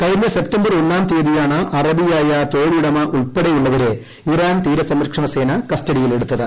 കഴിഞ്ഞ സെപ്തംബർ ഒന്നാം തീയതിയാണ് അറബിയായ തൊഴിലുടമ ഉൾപ്പെടെവരെ ഇറാൻ തീരസംരക്ഷണ സേന കസ്റ്റഡിയിലെടുത്തത്